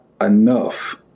enough